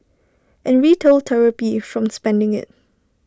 and retail therapy from spending IT